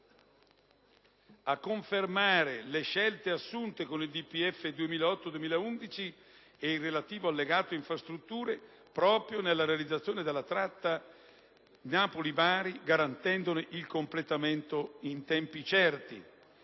a confermare le scelte assunte con il DPEF 2008-2011 e il relativo allegato infrastrutture proprio per la realizzazione della tratta Napoli-Bari, garantendone il completamento in tempi certi;